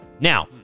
Now